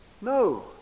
No